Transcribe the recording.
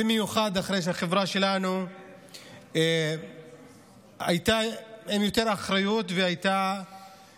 במיוחד אחרי שהחברה שלנו הייתה עם יותר אחריות והיו